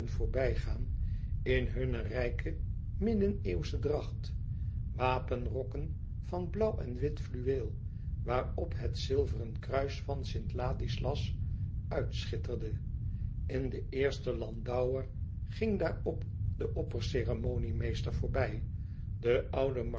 in hunne rijke middeneeuwsche dracht wapenrokken van blauw en wit fluweel waarop het zilveren kruis van st ladislas uitschitterde in den eersten landauer ging daarop de opperceremoniemeester voorbij de oude